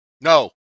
No